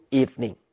evening